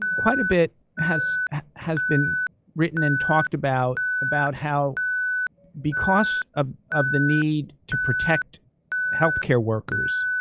quite a bit has has been written and talked about about how because ah of the need to protect healthcare workers,